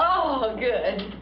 oh good